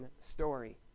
story